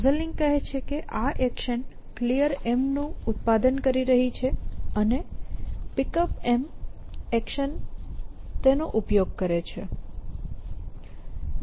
causal link કહે છે કે આ એક્શન Clear નું ઉત્પાદન કરી રહી છે અને Pickup એક્શન તેનો ઉપયોગ કરે છે